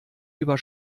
über